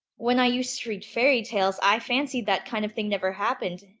when i used to read fairy-tales, i fancied that kind of thing never happened,